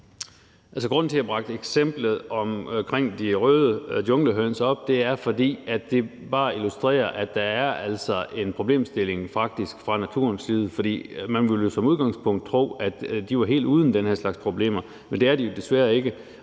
Grunden til, at jeg bragte eksemplet med de røde junglehøns op, er, at det bare illustrerer, at der altså faktisk er en problemstilling fra naturens side. Man ville jo som udgangspunkt tro, at de var helt fri for den her slags problemer, men det er de jo desværre ikke,